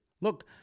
Look